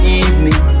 evening